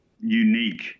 unique